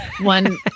one